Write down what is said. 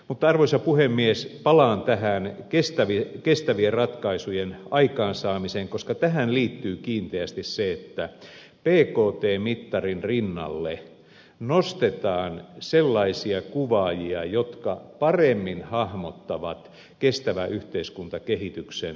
mutta arvoisa puhemies palaan tähän kestävien ratkaisujen aikaansaamiseen koska tähän liittyy kiinteästi se että bkt mittarin rinnalle nostetaan sellaisia kuvaajia jotka paremmin hahmottavat kestävän yhteiskuntakehityksen aikaansaamista